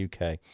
UK